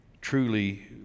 Truly